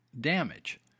damage